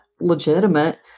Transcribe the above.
legitimate